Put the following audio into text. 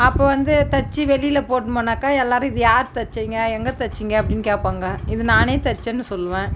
அப்போ வந்து தைச்சி வெளியில் போட்டுனு போனாக்கா எல்லோரும் இது யார் தைச்சிங்க எங்கே தைச்சிங்க அப்படினு கேட்பாங்க இது நானே தைச்சேன்னு சொல்வேன்